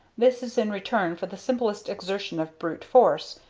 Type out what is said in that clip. this is in return for the simplest exertion of brute force,